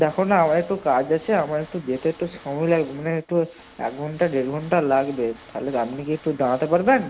দেখো না আমার একটু কাজ আছে আমার একটু যেতে তো সময় লাগবে মানে তো এক ঘন্টা দেড় ঘন্টা লাগবে তাহলে আপনি কি একটু দাঁড়াতে পারবেন